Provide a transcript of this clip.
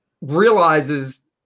realizes